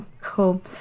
cool